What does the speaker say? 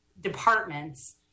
departments